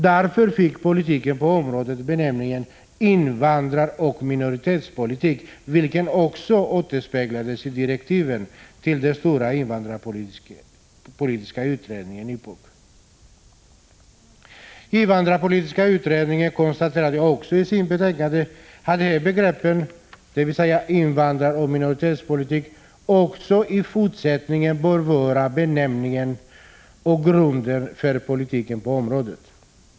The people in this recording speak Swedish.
Därför fick politiken på området benämningen ”invandraroch minoritetspolitik”, vilket också återspeglades i direktiven till den stora invandrarpolitiska kommittén, IPOK. Invandrarpolitiska kommittén konstaterade också i sitt betänkande att de här begreppen, dvs. ”invandraroch minoritetspolitik”, också i fortsättningen bör vara benämningen och grunden för politiken på området.